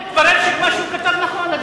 אבל מתברר שמה שהוא כתב נכון.